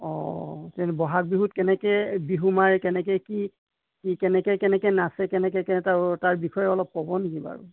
অঁ বহাগ বিহুত কেনেকৈ বিহু মাৰে কেনেকৈ কি কি কেনেকৈ কেনেকৈ নাচে কেনেকৈ কেনেকৈ তাৰ বিষয়ে অলপ ক'ব নেকি বাৰু